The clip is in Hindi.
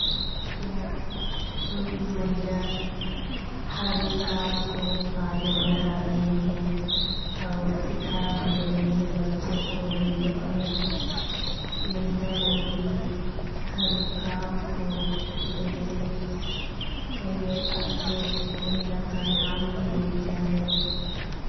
क्या महिला हर एक काम को आगे बढ़ा रही हैं और सिखा भी रही हैं बच्चों को भी और महिला को भी हर एक काम को जैसे पहले अब तो महिला का नाम भी ऊँचा है